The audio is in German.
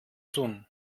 tun